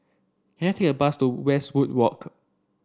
can I take a bus to Westwood Walk